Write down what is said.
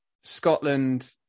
Scotland